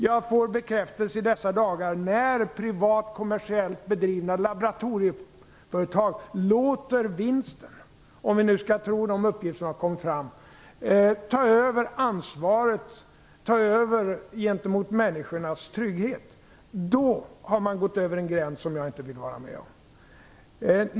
Jag får bekräftelse i dessa dagar när privat kommersiellt bedrivna laboratorieföretag låter vinsten, om vi nu skall tro de uppgifter som har kommit fram, ta över ansvaret, ta över gentemot människornas trygghet. Då har man gått över en gräns och det vill jag inte vara med om.